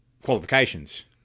qualifications